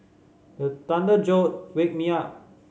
the thunder jolt wake me up